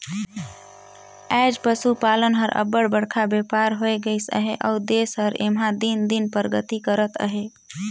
आएज पसुपालन हर अब्बड़ बड़खा बयपार होए गइस अहे अउ देस हर एम्हां दिन दिन परगति करत अहे